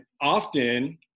often